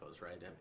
right